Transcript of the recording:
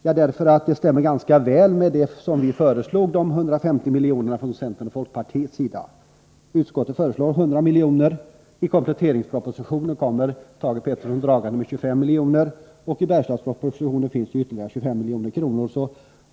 Jo, därför att utskottets förslag stämmer ganska väl överens med förslaget från folkpartiet och centern om de 150 miljonerna. Utskottet föreslår 100 miljoner, i kompletteringspropositionen kom Thage Peterson dragande med 25 miljoner och i Bergslagspropositionen finns ytterligare 25 miljoner.